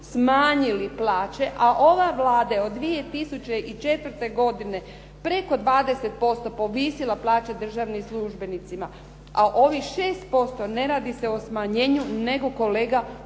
smanjili plaće, a ova Vlada je od 2004. godine preko 20% povisila plaće državnim službenicima, a ovih 6% ne radi se o smanjenju nego o zaustavljanju